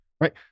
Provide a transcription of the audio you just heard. right